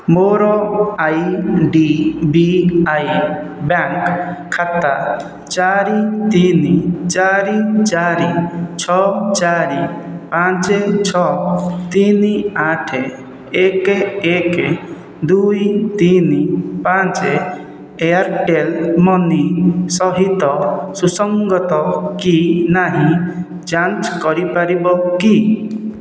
ମୋର I D B I bank ଖାତା ଚାରି ତିନି ଚାରି ଚାରି ଛଅ ଚାରି ପାଞ୍ଚେ ଛଅ ତିନି ଆଠେ ଏକେ ଏକେ ଦୁଇ ତିନି ପାଞ୍ଚେ ଏୟାର୍ଟେଲ୍ ମନି ସହିତ ସୁସଙ୍ଗତ କି ନାହିଁ ଯାଞ୍ଚ କରିପାରିବ କି